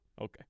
Okay